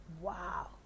wow